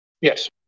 Yes